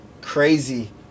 Crazy